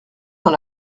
dans